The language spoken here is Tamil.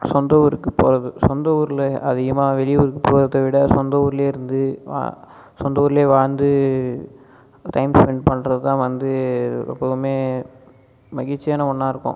சொந்த ஊருக்கு போகிறது சொந்த ஊரில் அதிகமாக வெளியூருக்கு போறதை விட சொந்த ஊருலேயே இருந்து சொந்த ஊருலேயே வாழ்ந்து டைம் ஸ்பென்ட் பண்ணறது தான் வந்து எப்பவுமே மகிழ்ச்சியான ஒன்றா இருக்கும்